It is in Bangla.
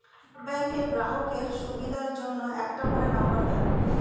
সব ব্যাংকের গ্রাহকের সুবিধার জন্য একটা করে নম্বর থাকে